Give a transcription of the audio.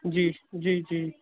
ਜੀ ਜੀ ਜੀ